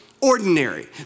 ordinary